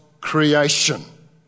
creation